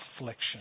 affliction